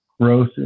growth